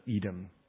Edom